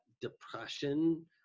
depression